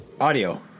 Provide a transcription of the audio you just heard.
Audio